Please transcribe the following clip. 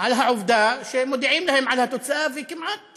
על העובדה שמודיעים להם על התוצאה וכמעט